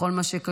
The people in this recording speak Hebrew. בכל מה שקשור